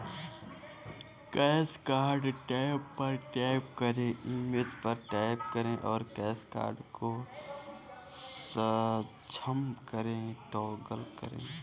cash card tab पर tap करें, image पर टैप करें और कैश कार्ड को सक्षम करें टॉगल करें